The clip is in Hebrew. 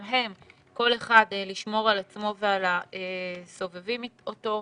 הם כל אחד לשמור על עצמו ועל הסובבים אותו.